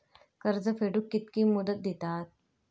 कर्ज फेडूक कित्की मुदत दितात?